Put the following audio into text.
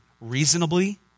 reasonably